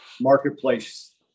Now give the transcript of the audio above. marketplace